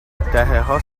دههها